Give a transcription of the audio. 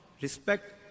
respect